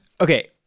okay